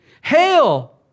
Hail